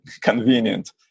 convenient